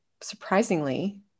surprisingly